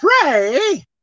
pray